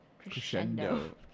Crescendo